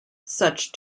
such